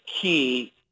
key